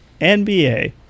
nba